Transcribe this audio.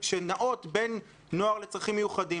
שנעות בין ילדים עם צרכים מיוחד,